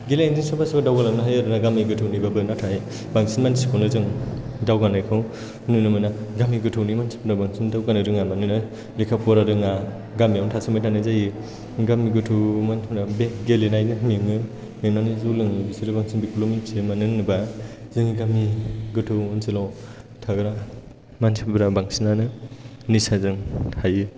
गेलेनायजों सोरबा सोरबा दावगालांनो हायो आरोना गामि गोथौनिबाबो नाथाय बांसिन मानसिखौनो जों दावगानायखौ नुनो मोना गामि गोथौनि मानसिफोरा बांसिन दावगानो रोङा मानोना लेखा फरा रोङा गामियावनो थासोमबाय थानाय जायो गामि गोथौ मानसिफोरना बे गेलेनानैनो मेंनानै जौ लोङो बिसोरो बांसिन बेखौल' मिन्थियो मानो होनोबा जोंनि गामि गोथौ ओनसोलाव थाग्रा मानसिफोरा बांसिनानो निसाजों थायो